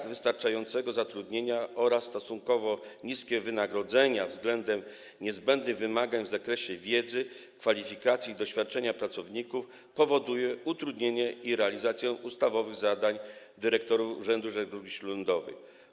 Niewystarczający stan zatrudnienia oraz stosunkowo niskie wynagrodzenia względem niezbędnych wymagań w zakresie wiedzy, kwalifikacji i doświadczenia pracowników powodują utrudnienie realizacji ustawowych zadań dyrektorów urzędów żeglugi śródlądowej.